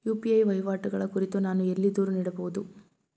UPI ವಹಿವಾಟುಗಳ ಕುರಿತು ನಾನು ಎಲ್ಲಿ ದೂರು ನೀಡಬಹುದು?